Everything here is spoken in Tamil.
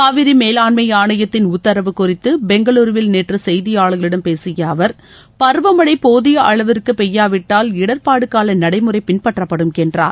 காவிரி மேலாண்மை ஆணையத்தின் உத்தரவு குறித்து பெங்களூரூவில் நேற்று செய்தியாளா்களிடம் பேசிய அவர் பருவமழை போதிய அளவிற்கு பெய்யாவிட்டால் இடர்பாடுகால நடைமுறை பின்பற்றப்படும் என்றார்